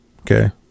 Okay